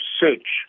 search